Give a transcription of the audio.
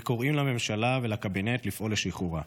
וקוראים לממשלה ולקבינט לפעול לשחרורה.